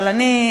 אבל אני,